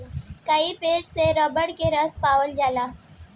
कई पेड़ से रबर के रस पावल जाला